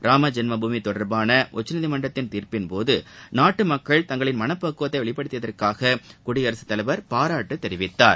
ராமஜென்மபூமி தொடர்பான உச்சநீதிமன்றத்தின் தீர்ப்பின்போதும் நாட்டு மக்கள் தங்களின் பக்குவத்தை வெளிப்படுத்தியதற்காக குடியரசுத் தலைவர் பாராட்டு தெரிவித்தார்